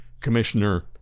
Commissioner